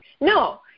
No